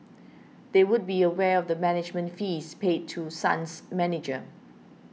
they would be aware of the management fees paid to Sun's manager